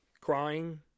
crying